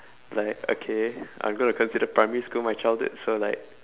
like okay I'm going to consider primary school my childhood so like